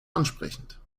ansprechend